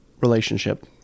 relationship